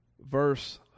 verse